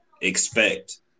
expect